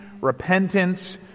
repentance